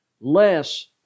less